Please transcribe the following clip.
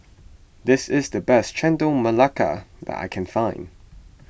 this is the best Chendol Melaka that I can find